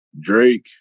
Drake